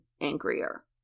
angrier